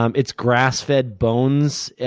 um it's grass-fed bones.